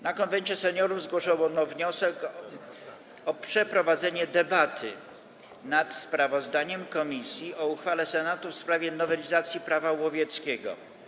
Na posiedzeniu Konwentu Seniorów zgłoszono wniosek o przeprowadzenie debaty nad sprawozdaniem komisji o uchwale Senatu w sprawie nowelizacji Prawa łowieckiego.